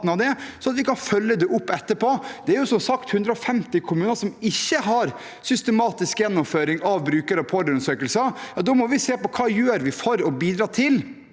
at vi kan følge det opp etterpå. Det er, som sagt, 150 kommuner som ikke har systematisk gjennomføring av bruker- og pårørendeundersøkelser. Da må vi se på hva vi gjør for å bidra til